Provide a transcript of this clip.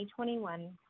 2021